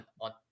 on